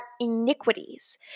iniquities